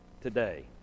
today